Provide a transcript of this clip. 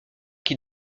qui